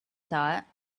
thought